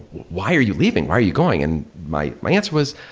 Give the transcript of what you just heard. why are you leaving? why are you going? and my my answer was,